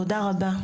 תודה רבה.